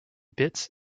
bits